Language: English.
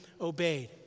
obeyed